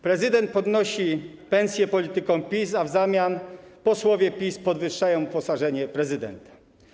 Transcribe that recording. Prezydent podnosi pensję politykom PiS, a w zamian posłowie PiS podwyższają uposażenie prezydenta.